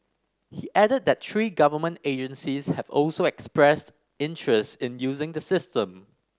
he added that three government agencies have also expressed interest in using the system